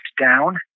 down